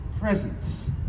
presence